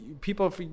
people